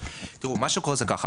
מה שקורה זה שיש שלוש נקודות